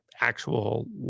actual